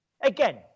Again